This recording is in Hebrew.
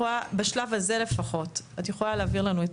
בשלב הזה לפחות את יכולה להעביר לנו את